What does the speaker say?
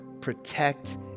protect